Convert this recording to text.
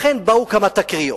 לכן באו כמה תקריות